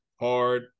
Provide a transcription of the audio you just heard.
hard